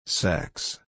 Sex